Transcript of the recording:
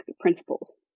principles